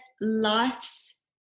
life's